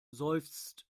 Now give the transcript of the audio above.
seufzt